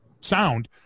sound